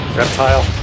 reptile